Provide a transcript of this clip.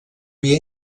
via